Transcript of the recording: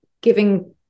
giving